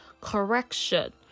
correction